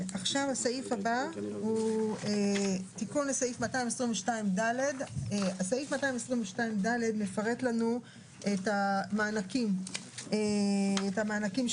הסעיף הבא הוא תיקון לסעיף 222ד. סעיף 22ד מפרט לנו את המענקים שניתנים,